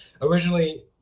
originally